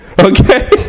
Okay